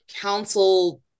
council